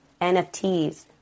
NFTs